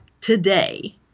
today